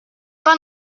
pas